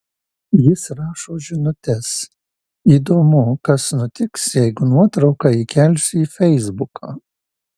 jis rašo žinutes įdomu kas nutiks jeigu nuotrauką įkelsiu į feisbuką